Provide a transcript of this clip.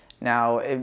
now